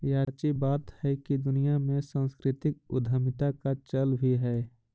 याची बात हैकी दुनिया में सांस्कृतिक उद्यमीता का चल भी है